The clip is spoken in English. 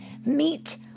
Meet